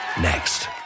Next